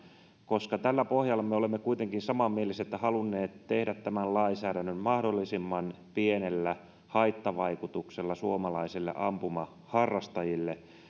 koska tällä pohjalla me olemme kuitenkin samanmielisesti halunneet tehdä tämän lainsäädännön mahdollisimman pienellä haittavaikutuksella suomalaisille ampumaharrastajille